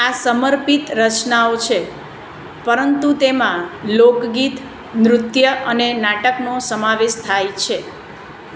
આ સમર્પિત રચનાઓ છે પરંતુ તેમાં લોકગીત નૃત્ય અને નાટકનો સમાવેશ થાય છે